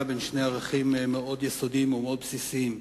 בין שני ערכים מאוד יסודיים ומאוד בסיסיים,